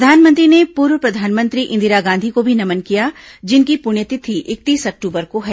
प्रधानमंत्री ने पूर्व प्रधानमंत्री इंदिरा गांधी को भी नमन किया जिनकी पुण्यतिथि इकतीस अक्टूबर को है